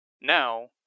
Now